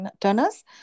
Turners